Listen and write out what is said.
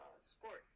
sports